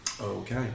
Okay